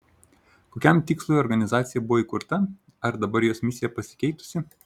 kokiam tikslui organizacija buvo įkurta ar dabar jos misija pasikeitusi